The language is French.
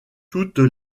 toutes